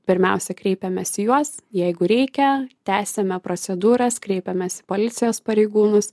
pirmiausia kreipiames į juos jeigu reikia tęsiame procedūras kreipiames į policijos pareigūnus